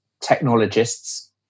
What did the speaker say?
technologists